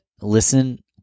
listen